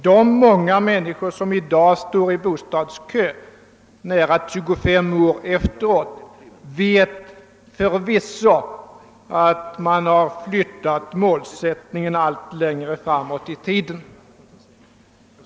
De många människor som i dag, nästan 25 år senare, står i bostadskö vet förvisso att man har flyttat målsätt ningen allt längre framåt i tiden.